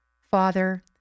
father